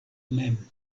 mem